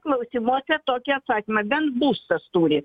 klausimuose tokį atsakymą bent būstas turi